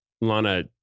Lana